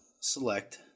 select